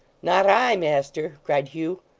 not i, master cried hugh.